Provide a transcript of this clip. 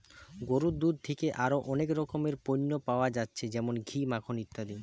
গরুর দুধ থিকে আরো অনেক রকমের পণ্য পায়া যাচ্ছে যেমন ঘি, মাখন ইত্যাদি